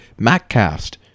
MacCast